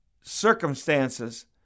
circumstances